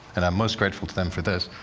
and i'm most grateful to them for this.